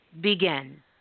begin